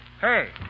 Hey